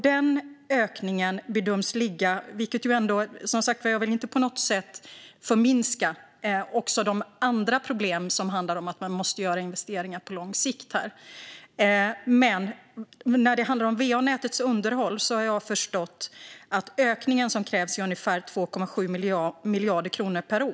Jag vill som sagt inte på något sätt förminska andra problem som handlar om att man måste göra investeringar på lång sikt, men när det handlar om va-nätets underhåll har jag förstått att ökningen som krävs är ungefär 2,7 miljarder kronor per år.